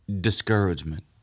discouragement